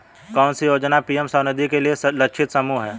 कौन सी योजना पी.एम स्वानिधि के लिए लक्षित समूह है?